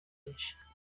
benshi